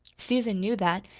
susan knew that,